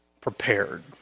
prepared